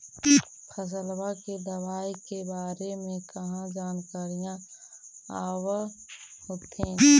फसलबा के दबायें के बारे मे कहा जानकारीया आब होतीन?